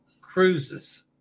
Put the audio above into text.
cruises